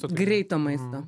greito maisto